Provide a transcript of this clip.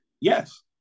Yes